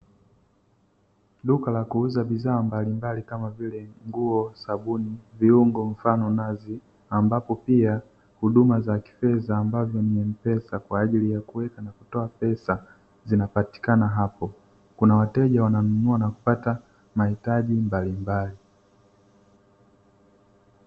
Duka la kuuza bidhaa mbalimbali kama vile; nguo, sabuni, viungo mfano nazi ambapo pia huduma za kifedha ambazo ni Mpesa kwa ajili ya kuweka na kutoa pesa zinapatikana hapo. Kuna wateja wananunua na kupata mahitaji mbalimbali.